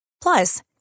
Plus